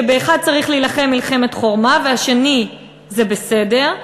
שבאחד צריך להילחם מלחמת חורמה והשני זה בסדר,